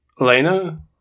Elena